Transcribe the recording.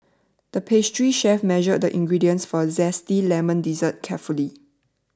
the pastry chef measured the ingredients for a Zesty Lemon Dessert carefully